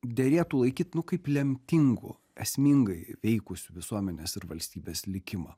derėtų laikyt nu kaip lemtingu esmingai veikusiu visuomenės ir valstybės likimą